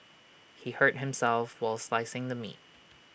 he hurt himself while slicing the meat